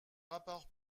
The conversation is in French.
rapport